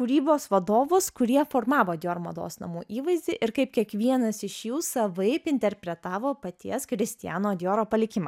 kūrybos vadovus kurie formavo dior mados namų įvaizdį ir kaip kiekvienas iš jų savaip interpretavo paties kristiano dioro palikimą